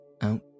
Out